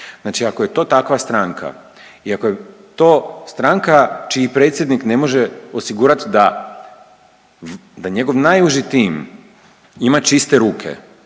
Znači ako to takva stranka i ako je to stranka čiji predsjednik ne može osigurati da, da njegov najuži tim ima čiste ruke